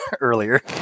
earlier